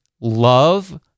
love